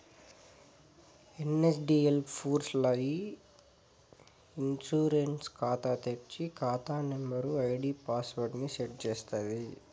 NSDL పూర్స్ ల్ల ఇ ఇన్సూరెన్స్ కాతా తెర్సి, కాతా నంబరు, ఐడీ పాస్వర్డ్ ని సెట్ చేస్తాది